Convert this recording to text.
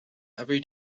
every